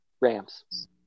Rams